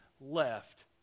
left